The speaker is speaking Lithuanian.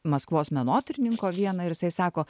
maskvos menotyrininko vieno ir jisai sako